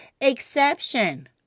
exception